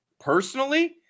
personally